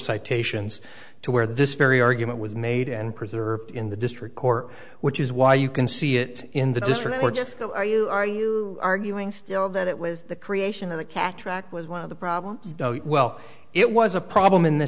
citations to where this very argument was made and preserved in the district court which is why you can see it in the district court just go are you are you arguing still that it was the creation of the cataract was one of the problems well it was a problem in the